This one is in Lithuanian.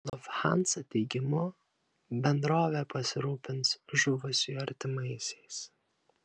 lufthansa teigimu bendrovė pasirūpins žuvusiųjų artimaisiais